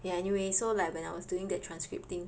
ya anyway so like when I was doing that transcript thing